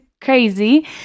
Crazy